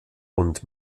und